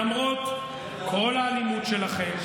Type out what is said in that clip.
למרות כל האלימות שלכם,